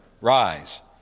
Rise